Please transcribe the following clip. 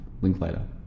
Linklater